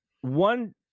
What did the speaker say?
one